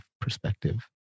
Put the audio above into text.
perspective